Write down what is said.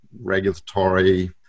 regulatory